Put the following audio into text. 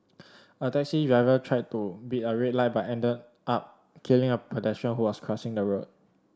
a taxi driver tried to beat a red light but ended up killing a pedestrian who was crossing the road